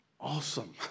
awesome